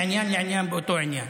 מעניין לעניין באותו עניין,